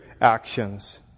actions